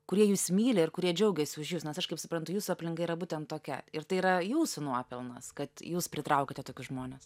kurie jus myli ir kurie džiaugiasi už jus nes aš kaip suprantu jūsų aplinka yra būtent tokia ir tai yra jūsų nuopelnas kad jūs pritraukiate tokius žmones